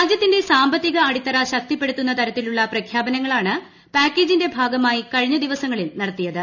രാജ്യത്തിന്റെ സാമ്പത്തിക അടിത്തറ ശക്തിപ്പെടുത്തുന്ന തരത്തിലുള്ള പ്രഖ്യാപനങ്ങളാണ് പാക്കേജിന്റെ ഭാഗമായി കഴിഞ്ഞ ദിവസങ്ങളിൽ നടത്തിയത്